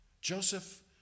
Joseph